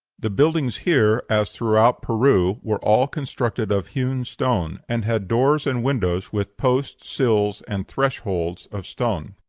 the buildings here, as throughout peru, were all constructed of hewn stone, and had doors and windows with posts, sills, and thresholds of stone.